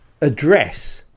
address